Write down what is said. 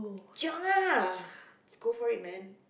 chiong ah is go for it man